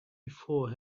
before